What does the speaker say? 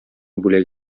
бүләк